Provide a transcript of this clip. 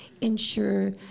ensure